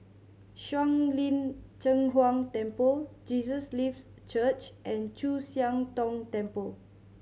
Shuang Lin Cheng Huang Temple Jesus Lives Church and Chu Siang Tong Temple